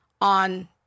on